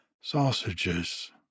sausages